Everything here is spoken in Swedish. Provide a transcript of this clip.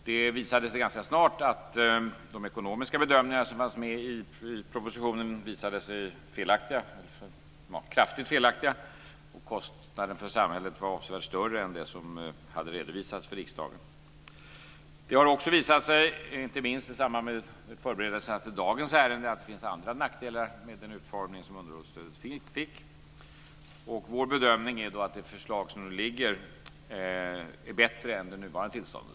Det visade sig ganska snart att de ekonomiska bedömningar som fanns med i proposition var kraftigt felaktiga. Kostnaden för samhället var avsevärt större än det som hade redovisats för riksdagen. Det har också visat sig - inte minst i samband med förberedelserna till dagens ärende - att det finns andra nackdelar med den utformning som underhållsstödet fick. Vår bedömning är att det förslag som nu ligger är bättre än den nuvarande utformningen.